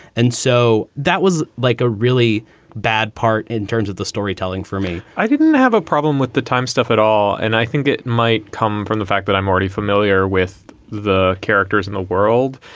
and so that was like a really bad part in terms of the storytelling for me i didn't have a problem with the time stuff at all. and i think it might come the fact that i'm already familiar with the characters in the world.